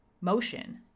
motion